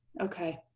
Okay